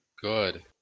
Good